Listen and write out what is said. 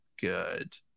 good